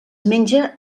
menja